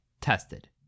tested